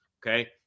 Okay